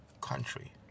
country